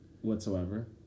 whatsoever